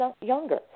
younger